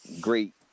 great